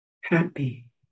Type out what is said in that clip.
Happy